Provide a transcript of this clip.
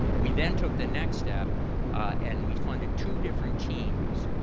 we then took the next step and we funded two different teams.